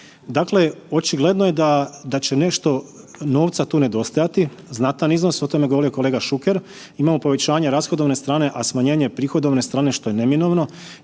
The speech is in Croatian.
Dakle, očigledno je da će nešto novca tu nedostajati, znatan iznos, o tome je govorio kolega Šuker, no povećanje rashodovne strane, a smanjenje prihodovne strane što je neminovno